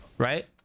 Right